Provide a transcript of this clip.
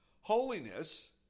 holiness